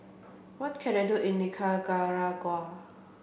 what can I do in Nicaragua